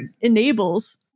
enables